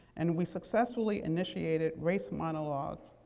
and we successfully initiated race monologues,